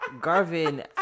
garvin